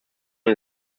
und